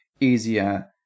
easier